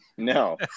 No